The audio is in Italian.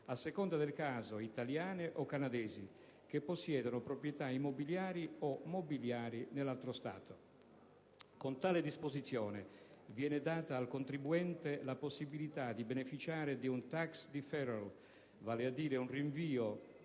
(a seconda del caso italiane o canadesi) che possiedono proprietà immobiliari o mobiliari nell'altro Stato. Con tale disposizione viene data al contribuente la possibilità di beneficiare di un *tax deferral*, vale a dire un rinvio